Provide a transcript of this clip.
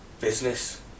business